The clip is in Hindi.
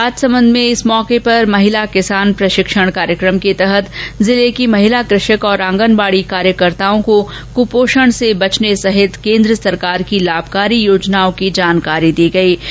राजसमंद में राष्ट्रीय पोषण माह और महिला किसान प्रशिक्षण कार्यक्रम के तहत जिले की महिला कृषक और आंगनवाड़ी कार्यकर्ताओं को कुपोष्ज्ञण से बचने सहित केन्द्र सरकार की लाभकारी योजनाओं की जानकारियां दी गईं